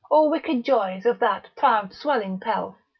or wicked joys of that proud swelling pelf,